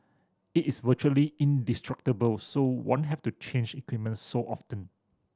it is virtually indestructible so won't have to change equipment so often